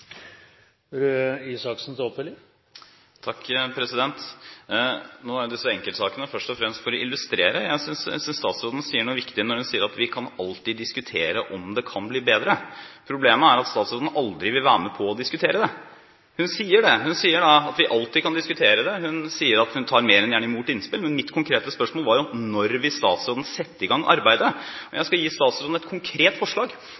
vi alltid kan diskutere om det kan bli bedre. Problemet er at statsråden aldri vil være med på å diskutere det. Hun sier det – hun sier at vi alltid kan diskutere det, at hun tar mer enn gjerne imot innspill, men mitt konkrete spørsmål var: Når vil statsråden sette i gang arbeidet? Jeg skal gi statsråden et konkret forslag: